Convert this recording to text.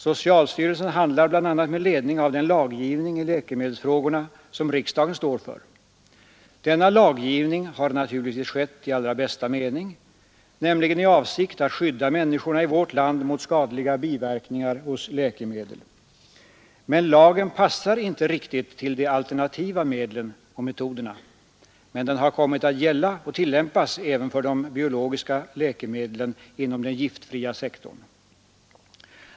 Socialstyrelsen handlar bl.a. med ledning av den laggivning i läkemedelsfrågorna som riksdagen står för. Denna laggivning har naturligtvis skett i allra bästa mening, nämligen i avsikt att skydda människorna i vårt land mot skadliga biverkningar hos läkemedel. Men lagen passar inte riktigt till de alternativa medlen och metoderna. Ändå har den ju kommit att gälla och tillämpas även för de biologiska läkemedlen inom den giftfria sektorn.